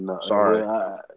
Sorry